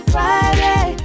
Friday